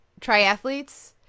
triathletes